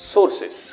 Sources